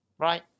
right